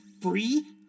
free